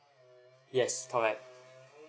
yes correct